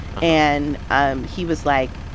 and um he was like,